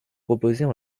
proposées